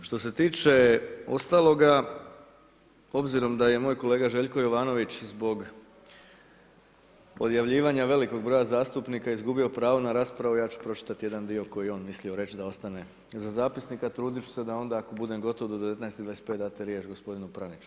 Što se tiče ostaloga, obzirom da je moj kolega Željko Jovanović zbog odjavljivanja velikog broja zastupnika izgubio pravo na raspravu, ja ću pročitati jedan dio koji je on mislio reći, da ostane za zapisnik, a truditi ću se da onda ako budem gotovo do 19,25 dati riječ gospodinu Pranjiću.